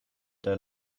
der